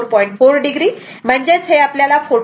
4 o 44